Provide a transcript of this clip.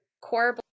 core